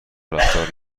رفتار